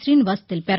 శీనివాస్ తెలిపారు